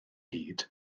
hyd